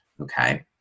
Okay